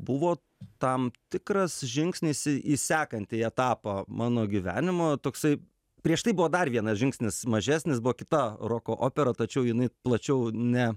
buvo tam tikras žingsnis į sekantį etapą mano gyvenimo toksai prieš tai buvo dar vienas žingsnis mažesnis buvo kita roko opera tačiau jinai plačiau ne